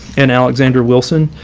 and alexander wilson,